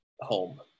home